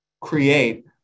create